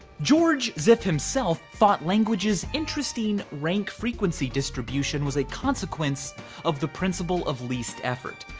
george zipf himself thought languages' interesting rank frequency distribution was a consequence of the principle of least effort.